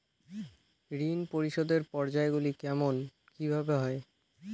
ঋণ পরিশোধের পর্যায়গুলি কেমন কিভাবে হয়?